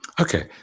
Okay